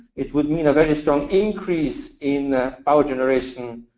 it would mean a very strong increase in power generation,